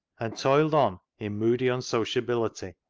and toiled on in moody unsociability,